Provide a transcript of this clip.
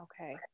Okay